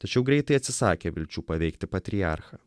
tačiau greitai atsisakė vilčių paveikti patriarchą